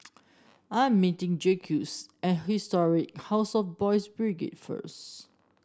I am meeting Jacquez at Historic House of Boys' Brigade first